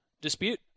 dispute